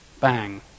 Bang